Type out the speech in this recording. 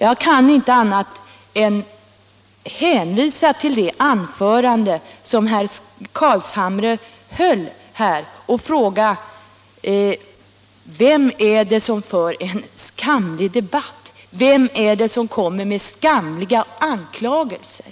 Jag kan inte annat än hänvisa till det anförande som herr Carlshamre höll här och fråga: Vem är det som för en skamlig debatt? Vem är det som kommer med skamliga anklagelser?